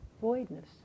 Voidness